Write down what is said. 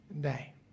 day